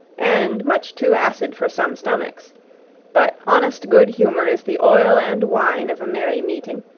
and much too acid for some stomachs but honest good humour is the oil and wine of a merry meeting,